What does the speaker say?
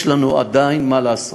יש לנו עדיין מה לעשות,